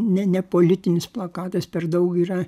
ne nepolitinis plakatas per daug yra